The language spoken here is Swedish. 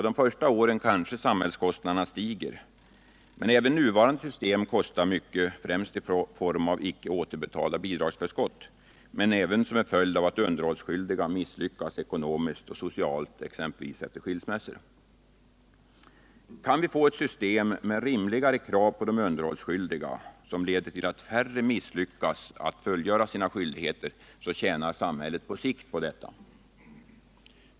De första åren kanske samhällskostnaderna stiger. Men även nuvarande system kostar mycket, främst i form av icke återbetalda bidragsförskott men också som en följd av att underhållsskyldiga misslyckas ekonomiskt och socialt efter exempelvis en skilsmässa. Kan vi få ett system med rimligare krav på de underhållsskyldiga, ett system som leder till att färre misslyckas att fullgöra sina skyldigheter, tjänar samhället på sikt på detta.